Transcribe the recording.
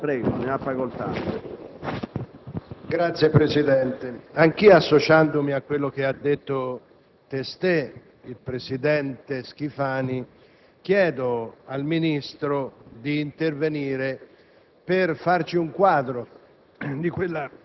Signor Presidente, anch'io, associandomi a quanto testé detto dal presidente Schifani, chiedo al Ministro di intervenire